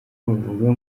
bavuga